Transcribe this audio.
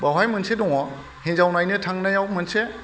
बावहाय मोनसे दङ हिनजाव नायनो थांनायाव मोनसे